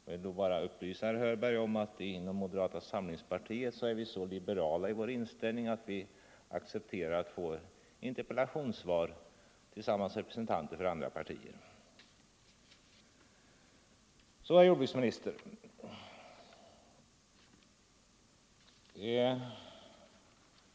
Jag vill bara meddela herr Hörberg att vi i moderata samlingspartiet är så liberala i vår inställning att vi accepterar att få interpellationssvar tillsammans med representanter för andra partier. Så till herr jordbruksministern.